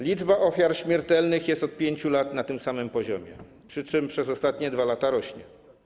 Liczba ofiar śmiertelnych jest od 5 lat na tym samym poziomie, przy czym przez ostatnie 2 lata rośnie.